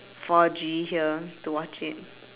four G here to watch it